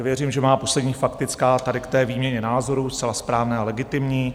Věřím, že má poslední faktická tady k té výměně názorů, zcela správné a legitimní.